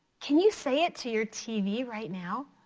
can you say it to your tv right now?